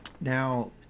Now